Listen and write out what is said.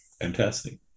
Fantastic